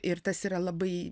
ir tas yra labai